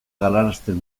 galarazten